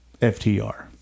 FTR